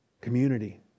Community